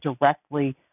directly